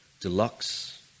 deluxe